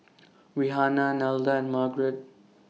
Rihanna Nelda and Margrett